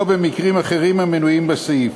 או במקרים אחרים המנויים בסעיף,